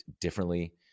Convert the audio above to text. differently